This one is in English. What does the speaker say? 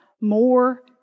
more